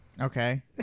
Okay